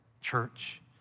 church